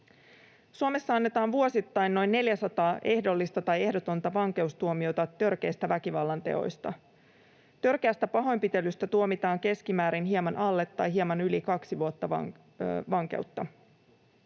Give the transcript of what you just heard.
Suomessa annetaan vuosittain noin neljäsataa ehdollista tai ehdotonta vankeustuomiota törkeistä väkivallanteoista. Törkeästä pahoinpitelystä tuomitaan keskimäärin hieman alle tai hieman yli kaksi vuotta vankeutta.